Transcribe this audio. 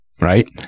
right